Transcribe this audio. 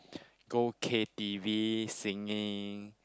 go K_T_V singing